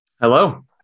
hello